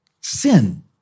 sin